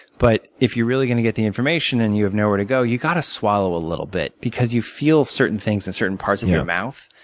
but if you're really going to get the information, and you have nowhere to go, you've got to swallow a little bit because you feel certain things in certain parts of your mouth.